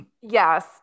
Yes